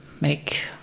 make